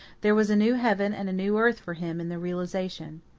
there was a new heaven and a new earth for him in the realization.